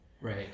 right